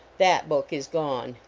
that book is gone.